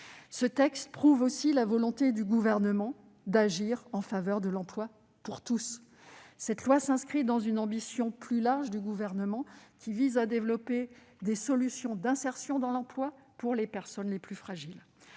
Ce texte prouve la volonté du Gouvernement d'agir en faveur de l'emploi pour tous. Il s'inscrit dans une ambition plus large, visant à développer des solutions d'insertion dans l'emploi pour les personnes plus fragiles.